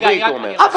בעברית הוא אומר,